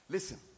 Listen